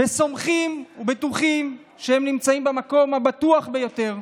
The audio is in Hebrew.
וסמוכים ובטוחים שהם נמצאים במקום הבטוח ביותר,